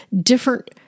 different—